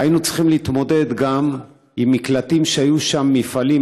היינו צריכים להתמודד גם עם מקלטים שהיו בהם מפעלים,